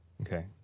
Okay